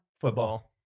Football